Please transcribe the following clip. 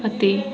ਅਤੇ